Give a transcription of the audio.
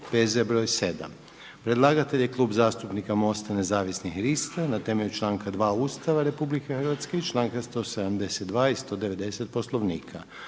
P.Z. broj 7. Predlagatelj je Klub zastupnika MOST-a Nezavisnih lista na temelju članka 2. Ustava RH i članka 172. i 190. Poslovnika.